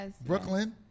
Brooklyn